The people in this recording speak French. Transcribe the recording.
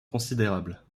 considérables